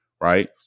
Right